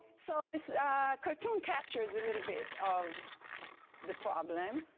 so cartoon captures a little bit of the problem.